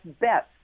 best